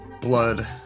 blood